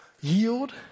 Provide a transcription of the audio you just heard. yield